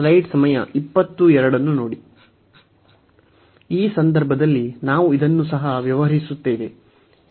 ಈ ಸಂದರ್ಭದಲ್ಲಿ ನಾವು ಇದನ್ನು ಸಹ ವ್ಯವಹರಿಸುತ್ತೇವೆ